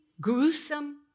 gruesome